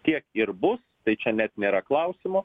tiek ir bus tai čia net nėra klausimų